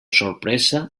sorpresa